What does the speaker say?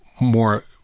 more